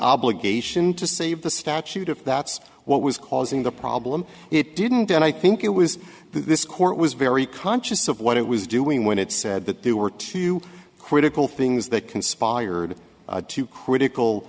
obligation to save the statute if that's what was causing the problem it didn't and i think it was this court was very conscious of what it was doing when it said that there were two critical things that conspired to critical